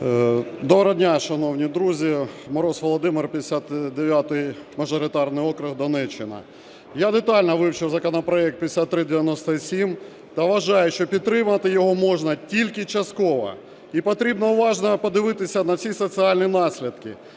Доброго дня, шановні друзі! Мороз Володимир, 59-й мажоритарний округ, Донеччина. Я детально вивчив законопроект 5397 та вважаю, що підтримати його можна тільки частково і потрібно уважно подивитися на всі соціальні наслідки,